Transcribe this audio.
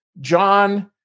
John